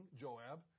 Joab